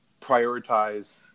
prioritize